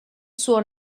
suo